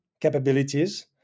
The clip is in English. capabilities